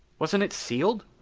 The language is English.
wasn't it sealed?